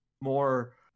more